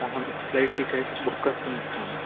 अहं flight ticket book कर्तुं इच्छामि